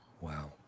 Wow